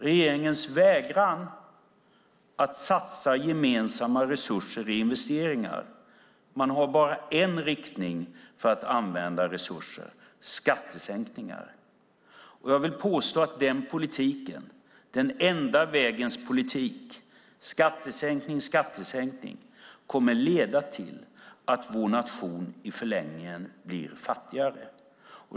Regeringen vägrar att satsa gemensamma resurser i investeringar. Man har bara en riktning för att använda resurser: skattesänkningar. Jag vill påstå att den politiken, den enda vägens politik - skattesänkning, skattesänkning - kommer att leda till att vår nation i förlängningen blir fattigare.